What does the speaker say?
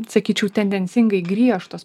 sakyčiau tendencingai griežtos